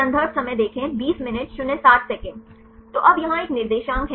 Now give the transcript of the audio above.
संदर्भ समय को देखें 2007 तो अब यहाँ यह एक निर्देशांक है